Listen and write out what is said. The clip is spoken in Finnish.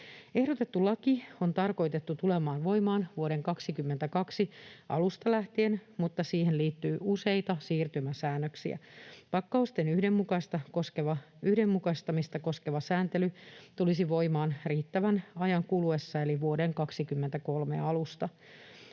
Ehdotettu laki on tarkoitettu tulemaan voimaan vuoden 22 alusta lähtien, mutta siihen liittyy useita siirtymäsäännöksiä. Pakkausten yhdenmukaistamista koskeva sääntely tulisi voimaan riittävän ajan kuluessa eli vuoden 23 alusta.